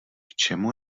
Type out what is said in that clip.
čemu